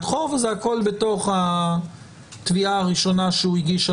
חוב או זה הכול בתוך התביעה הראשונה שהוא הגיש,